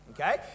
Okay